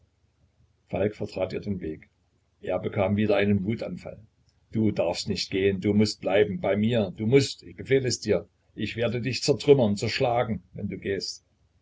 falk vertrat ihr den weg er bekam wieder einen wutanfall du darfst nicht gehen du mußt bleiben bei mir du mußt ich befehle es dir ich werde dich zertrümmern zerschlagen wenn du gehst